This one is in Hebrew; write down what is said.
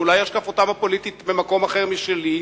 שאולי השקפתם הפוליטית במקום אחר משלי,